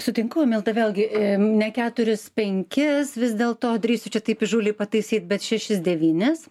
sutinku milda vėlgi ne keturis penkis vis dėlto drįsiu čia taip įžūliai pataisyti bet šešis devynis